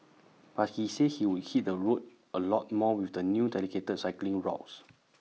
but he said he would hit the roads A lot more with the new dedicated cycling routes